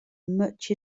much